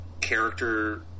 character